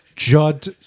Judd